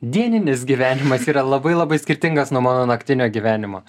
dieninis gyvenimas yra labai labai skirtingas nuo mano naktinio gyvenimo